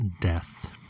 death